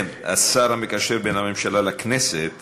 השר המקשר בין הממשלה לכנסת